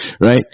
right